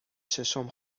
ششم